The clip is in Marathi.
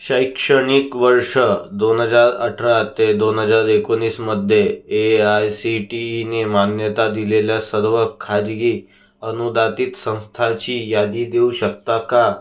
शैक्षणिक वर्ष दोन हजार अठरा ते दोन हजार एकोणीसमध्ये ए आय सी टी ईने मान्यता दिलेल्या सर्व खाजगी अनुदानित संस्थांची यादी देऊ शकता का